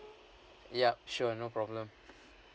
yup sure no problem